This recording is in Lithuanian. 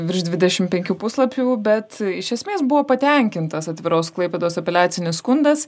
virš dvidešim penkių puslapių bet iš esmės buvo patenkintas atviros klaipėdos apeliacinis skundas